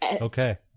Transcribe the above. Okay